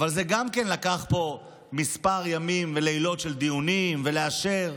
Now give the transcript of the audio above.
אבל גם זה לקח פה כמה ימים ולילות של דיונים ולאשר.